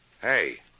hey